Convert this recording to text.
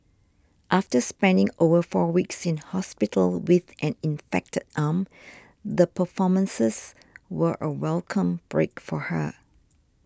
after spending over four weeks in hospital with an infected arm the performances were a welcome break for her